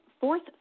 fourth